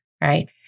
right